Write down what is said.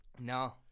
No